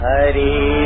Hari